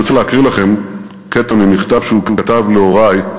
אני רוצה להקריא לכם קטע ממכתב שהוא כתב להורי,